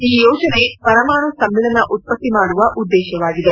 ಈ ಯೋಜನೆ ಪರಮಾಣು ಸಮ್ನಿಳನ ಉತ್ತತ್ತಿ ಮಾಡುವ ಉದ್ದೇಶವಾಗಿದೆ